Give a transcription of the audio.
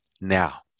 now